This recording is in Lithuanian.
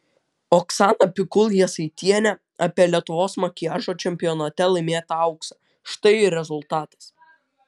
oksana pikul jasaitienė apie lietuvos makiažo čempionate laimėtą auksą štai ir rezultatas